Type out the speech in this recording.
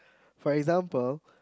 for example